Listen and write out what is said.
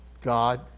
God